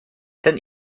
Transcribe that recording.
ten